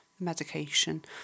medication